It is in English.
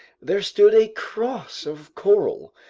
there stood a cross of coral,